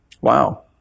Wow